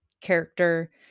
character